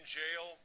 jail